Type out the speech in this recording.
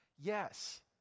Yes